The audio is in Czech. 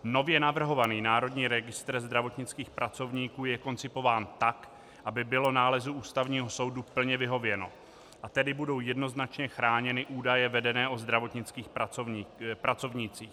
Nově navrhovaný Národní registr zdravotnických pracovníků je koncipován tak, aby bylo nálezu Ústavního soudu plně vyhověno, a tedy budou jednoznačně chráněny údaje vedené o zdravotnických pracovnících.